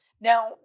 now